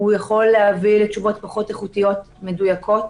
הוא יכול להביא לתשובות פחות איכותיות ומדויקות.